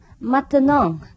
maintenant